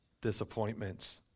disappointments